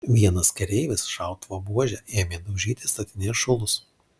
vienas kareivis šautuvo buože ėmė daužyti statinės šulus